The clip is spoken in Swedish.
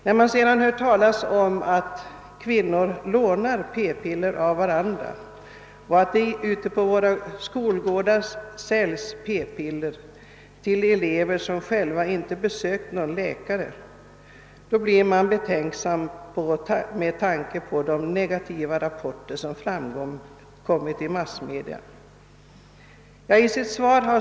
När man dessutom hör talas om att kvinnor lånar p-piller av varandra och att det ute på skolgårdarna säljs p-piller till elever som själva inte besökt läkare för att få sådana, blir man efter de negativa rapporter som framkommit genom massmedia ännu mer betänksam.